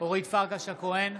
הכהן,